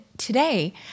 Today